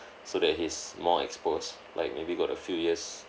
so that he's more exposed like maybe got a few years